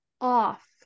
off